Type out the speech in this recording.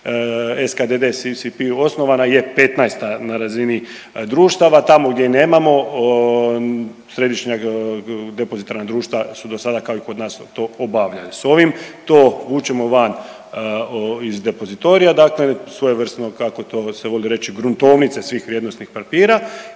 ove godine SKDD-CCP osnovana je 15. na razini društava, tamo gdje je nemamo Središnja depozitarna društva su dosada kao i kod nas to obavljali, s ovim to vučemo van iz depozitorija, dakle svojevrsnog kako to se voli reći gruntovnice svih vrijednosnih papira